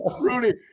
Rooney